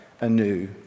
anew